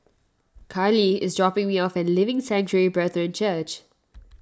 Carlee is dropping me off at Living Sanctuary Brethren Church